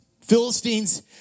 Philistine's